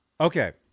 Okay